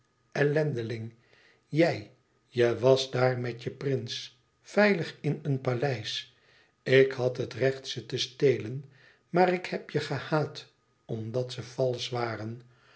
ellendeling jij je was daar met je prins veilig in een paleis ik had het recht ze te stelen maar ik heb je gehaat omdat ze valsch waren